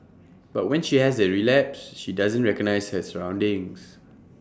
but when she has A relapse she doesn't recognise her surroundings